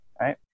right